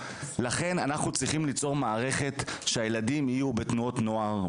לכן אנחנו צריכים ליצור מערכת שהילדים יהיו בתנועות נוער,